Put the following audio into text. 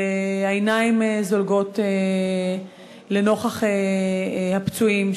והעיניים זולגות לנוכח הפצועים,